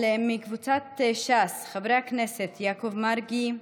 קבוצת סיעת ש"ס: חברי הכנסת יעקב מרגי,